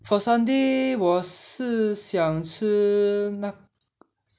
for sunday 我是想吃那